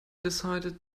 decided